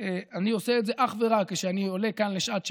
אני עושה את זה אך ורק כשאני עולה כאן לשעת שאלות.